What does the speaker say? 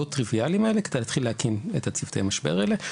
טריוויאליים האלה כדי להתחיל להקים את צוותי המשבר האלה,